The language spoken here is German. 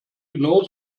genau